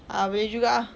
ah boleh juga ah